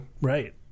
Right